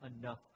enough